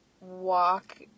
walk